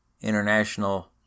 International